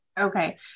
Okay